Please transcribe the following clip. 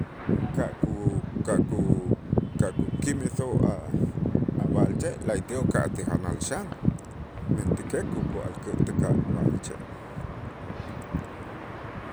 Ka' ku ka' ku ka' ku- kimisoo' a' a' b'a'alche' la'ayti' uka'aj ti janal xan, mentäkej kuku alkä' tuka' b'a'alche'.